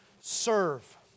serve